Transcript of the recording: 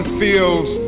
feels